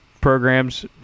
programs